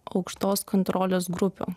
aukštos kontrolės grupių